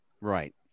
Right